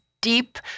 deep